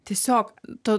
tiesiog to